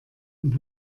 und